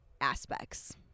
aspects